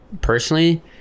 personally